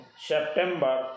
September